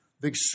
Big